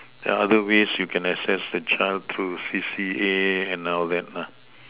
other ways you can assess the child through C_C_A and our web lah